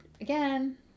again